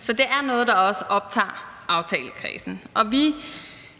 for det er noget, der også optager aftalekredsen, og vi